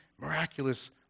miraculous